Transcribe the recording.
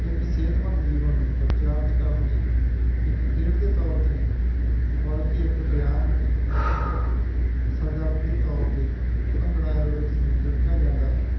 ਇੱਕ ਸਿਹਤਮੰਦ ਜੀਵਨ ਨੂੰ ਪ੍ਰਚਾਰਤ ਕਰਨ ਲਈ ਇੱਕ ਖੇਡ ਦੇ ਤੌਰ 'ਤੇ ਨੀ ਬਲਕਿ ਇੱਕ ਬਿਆਮ ਇੱਕ ਕਸਰਤ ਸਰਗਰਮੀ ਦੇ ਤੌਰ ਤੇ ਭੰਗੜਾ ਐਰੋਬਿਕਸ ਨੂੰ ਦੇਖਿਆ ਜਾਂਦਾ ਹੈ